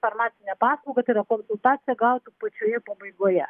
farmacinę paslaugą tai yra konsultaciją gautų pačioje pabaigoje